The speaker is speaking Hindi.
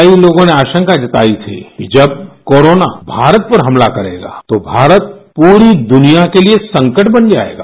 कई तोगों ने आरांका जताई थी कि जब कोरोना भारत पर हमता करेगा तो भारत पूरी दुनिया के लिए संकट बन जाएगा